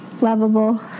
lovable